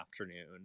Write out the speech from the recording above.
afternoon